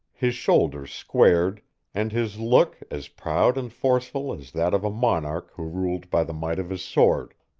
his shoulders squared and his look as proud and forceful as that of a monarch who ruled by the might of his sword,